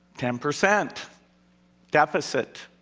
ten percent deficit,